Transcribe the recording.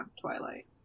Twilight